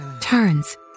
turns